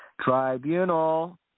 tribunal